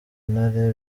ntare